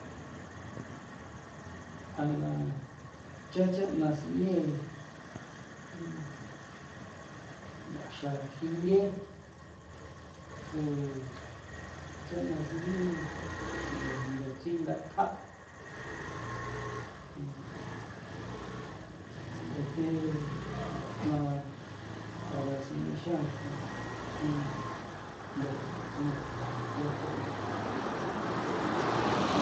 A na cha' cha'na sinee thi nthaxra jinthe o cha'na sine ndutsin ngatja' tsingathe nthajna para sinee xan kjon thi ndutsin ngatja'o ya cha'na.